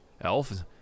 elf